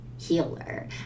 healer